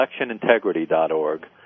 electionintegrity.org